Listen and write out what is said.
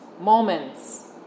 moments